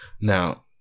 Now